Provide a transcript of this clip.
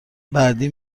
بعدی